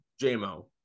J-Mo